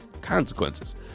Consequences